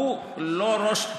הוא לא ראש,